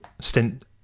stint